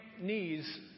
knees